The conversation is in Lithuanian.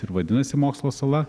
ir vadinasi mokslo sala